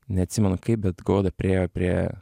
neatsimenu kaip bet goda priėjo prie